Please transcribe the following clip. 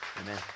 Amen